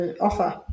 offer